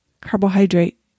carbohydrate